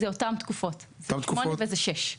אותן תקופות, כלומר שש שנים.